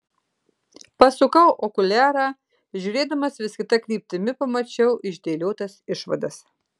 pasukau okuliarą žiūrėdamas vis kita kryptimi pamačiau išdėliotas išvadas